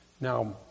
Now